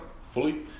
fully